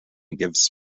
gives